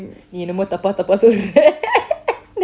நீ என்னமோ தப்பா தப்பா சொல்ர:nee ennamo thapa thapa chollra then